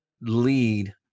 lead